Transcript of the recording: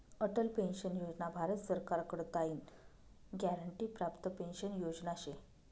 Atal pension योजना भारत सरकार कडताईन ग्यारंटी प्राप्त पेंशन योजना शे